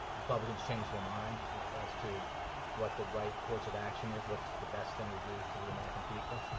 republicans change their minds as to what the right course of action is, what's the best thing to do for the american people.